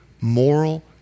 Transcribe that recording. moral